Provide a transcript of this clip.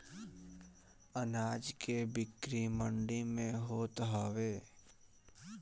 अनाज के बिक्री मंडी में होत हवे